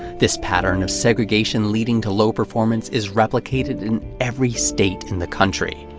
this pattern of segregation leading to low performance is replicated in every state in the country.